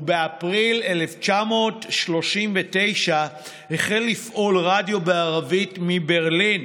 ובאפריל 1939 החל לפעול רדיו בערבית מברלין